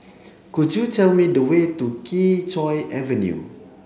could you tell me the way to Kee Choe Avenue